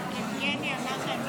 נתקבלה.